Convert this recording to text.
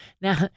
now